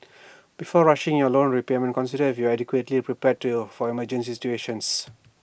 before rushing your loan repayment consider if you are adequately prepared to your emergency situations